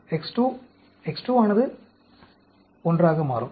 X2 X2 ஆனது 1 ஆக மாறும்